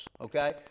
Okay